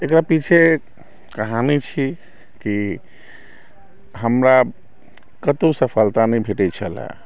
एकरा पीछे कहानी छी कि हमरा कतौ सफलता नहि भेटै छलए